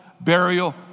burial